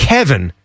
Kevin